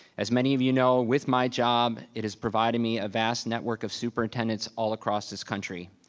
as many of you know, with my job, it has provided me a vast network of superintendents all across this country.